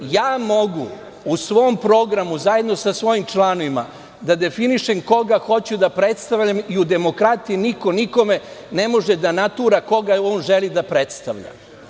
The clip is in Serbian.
Mogu u svom programu, zajedno sa svojim članovima, da definišem koga hoću da predstavim i u demokratiji niko nikome ne može da natura koga on želi da predstavlja.